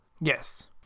Yes